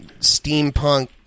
Steampunk